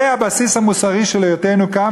זה הבסיס המוסרי של היותנו כאן,